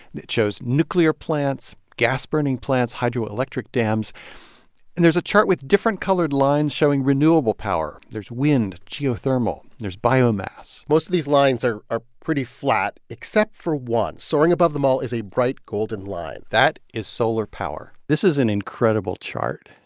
it shows nuclear plants, gas-burning plants, hydroelectric dams. and there's a chart with different colored lines showing renewable power. there's wind, geothermal. there's biomass most of these lines are are pretty flat, except for one. soaring above them all is a bright golden line that is solar power this is an incredible chart.